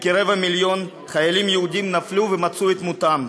וכרבע מיליון חיילים יהודים נפלו ומצאו את מותם.